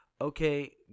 Okay